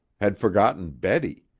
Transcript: had forgotten betty.